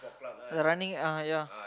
the running ah ya